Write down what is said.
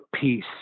peace